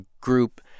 group